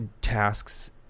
tasks